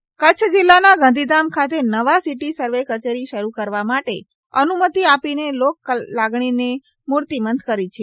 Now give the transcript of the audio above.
city survey કચેરી કચ્છ જિલ્લાના ગાંધીધામ ખાતે નવી સિટી સર્વે કચેરી શરૂ કરવા માટે અનુમતિ આપીને લોકલાગણીને મૂર્તિમંત કરી છે